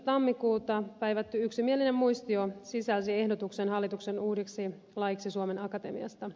tammikuuta päivätty yksimielinen muistio sisälsi ehdotuksen hallituksen uudeksi laiksi suomen akatemiasta